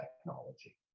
technology